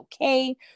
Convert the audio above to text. okay